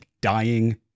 dying